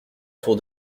tour